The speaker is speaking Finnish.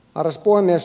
arvoisa puhemies